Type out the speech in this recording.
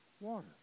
Water